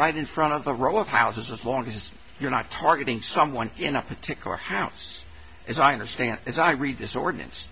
right in front of a row of houses as long as you're not targeting someone in a particular house as i understand as i read this ordinance